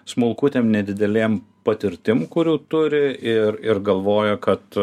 smulkutėm nedidelėm patirtim kurių turi ir ir galvoja kad